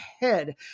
head